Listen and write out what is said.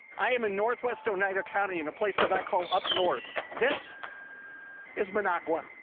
i am in northwest oneida county in a place that i call up north. this is minocqua.